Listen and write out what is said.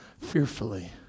fearfully